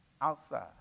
outside